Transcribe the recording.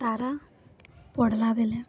ତାରା ପଡ଼୍ଲା ବେଲେ